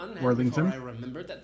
Worthington